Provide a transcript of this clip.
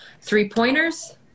three-pointers